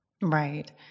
right